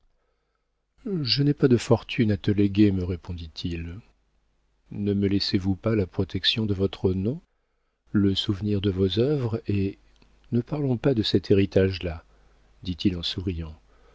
je n'ai pas de fortune à te léguer me répondit-il ne me laissez-vous pas la protection de votre nom le souvenir de vos œuvres et ne parlons pas de cet héritage là dit-il en souriant